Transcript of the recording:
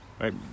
Right